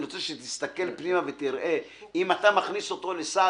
אני רוצה שתסתכל פנימה ותראה אם אתה מכניס אותו לסד